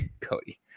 Cody